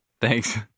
Thanks